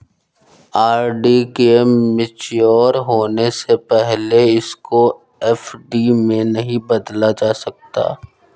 RD के mature होने से पहले इसको एफ.डी में नहीं बदला जा सकता